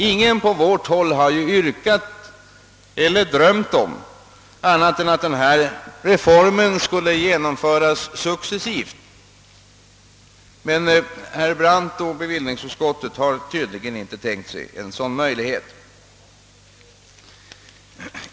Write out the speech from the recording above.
Ingen från vårt håll har yrkat eller ens drömt om annat än att denna reform skulle genomföras successivt. Men herr Brandt och bevillningsutskott har tydligen inte kunnat tänka sig en sådan möjlighet.